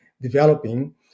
developing